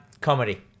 comedy